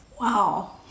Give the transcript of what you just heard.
Wow